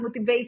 motivates